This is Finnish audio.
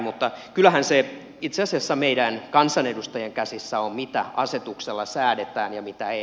mutta kyllähän se itse asiassa meidän kansanedustajien käsissä on mitä asetuksella säädetään ja mitä ei